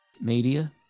media